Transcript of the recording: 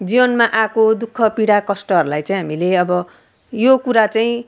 जीवनमा आएको दुःख पीडा कष्टहरूलाई चाहिँ हामीले अब यो कुरा चाहिँ